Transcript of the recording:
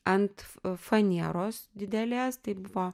ant fanieros didelės tai buvo